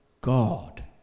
God